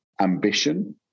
ambition